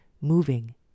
moving